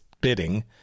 bidding